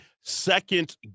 Second